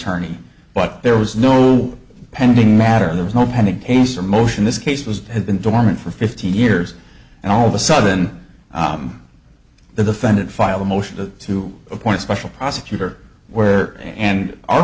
attorney but there was no pending matter there was no pending case or motion this case was have been dormant for fifteen years and all of a sudden the defendant filed a motion to to appoint a special prosecutor where and our